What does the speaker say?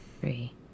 three